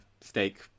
steak